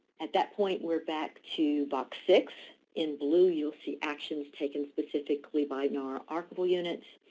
at that point we're back to box six. in blue you'll see actions taken specifically by nara archival units.